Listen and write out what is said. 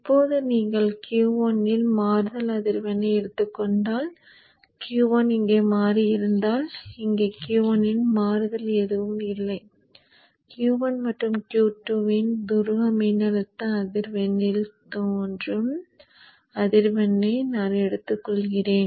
இப்போது நீங்கள் Q1 இன் மாறுதல் அதிர்வெண்ணை எடுத்துக் கொண்டால் Q1 இங்கே மாறியிருந்தால் இங்கே Q1 இன் மாறுதல் எதுவும் இல்லை Q1 அல்லது Q2 இன் துருவ மின்னழுத்த அதிர்வெண்ணில் தோன்றும் அதிர்வெண்ணை நான் எடுத்துக்கொள்கிறேன்